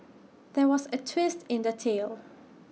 there was A twist in the tale